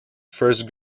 first